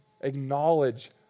Acknowledge